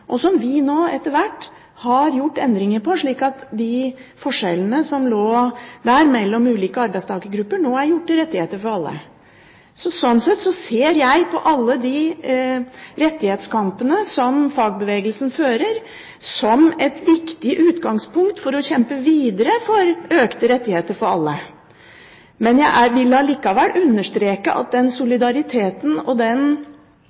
og som vi nå etter hvert har gjort endringer på, slik at de forskjellene som lå der, mellom ulike arbeidstakergrupper, nå er gjort til rettighet for alle. Sånn sett ser jeg på alle rettighetskampene som fagbevegelsen fører, som et viktig utgangspunkt for å kjempe videre for økte rettigheter for alle. Men jeg vil likevel understreke den solidariteten og den jobben som fagbevegelsen gjør, og viktigheten av medlemskapet i den